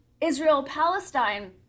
Israel-Palestine